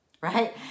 right